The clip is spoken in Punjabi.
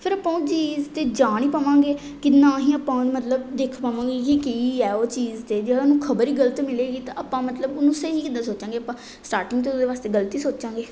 ਫਿਰ ਆਪਾਂ ਉਹ ਚੀਜ਼ 'ਤੇ ਜਾ ਨਹੀਂ ਪਾਵਾਂਗੇ ਕਿੰਨਾ ਹੀ ਆਪਾਂ ਉਹਨਾਂ ਮਤਲਬ ਦੇਖ ਪਾਵਾਂਗੇ ਕਿ ਕੀ ਆ ਉਹ ਚੀਜ਼ ਅਤੇ ਜੇ ਸਾਨੂੰ ਖਬਰ ਹੀ ਗਲਤ ਮਿਲੇਗੀ ਤਾਂ ਆਪਾਂ ਮਤਲਬ ਉਹਨੂੰ ਸਹੀ ਕਿੱਦਾਂ ਸੋਚਾਂਗੇ ਆਪਾਂ ਸਟਾਰਟਿੰਗ ਤੋਂ ਉਹਦੇ ਵਾਸਤੇ ਗਲਤ ਹੀ ਸੋਚਾਂਗੇ